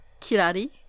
Kirari